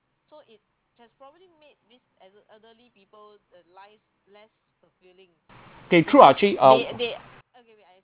K true actually um